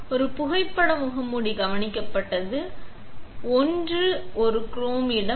ஒரு புகைப்பட முகமூடி கவனிக்கப்பட்டது ஒன்று ஒரு குரோம் இடம்